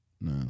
No